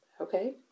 okay